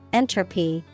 entropy